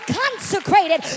consecrated